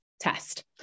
test